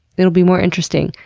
it'll be more interesting.